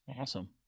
Awesome